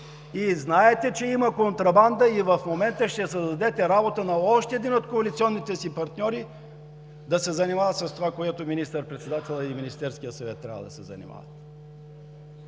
Знаете, че има контрабанда и в момента ще създадете работа на още един от коалиционните си партньори, за да се занимава с това, с което министър-председателят и Министерският съвет трябва да се занимават.